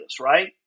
right